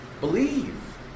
Believe